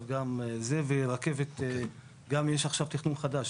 גם יש עכשיו תכנן חדש.